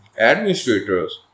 administrators